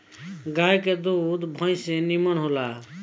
गाय के दूध भइस के दूध से निमन होला